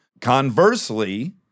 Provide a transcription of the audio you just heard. Conversely